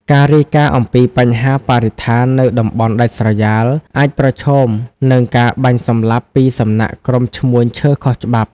ការរាយការណ៍អំពីបញ្ហាបរិស្ថាននៅតំបន់ដាច់ស្រយាល អាចប្រឈមនឹងការបាញ់សម្លាប់ពីសំណាក់ក្រុមឈ្មួញឈើខុសច្បាប់។